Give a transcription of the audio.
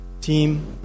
team